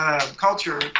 Culture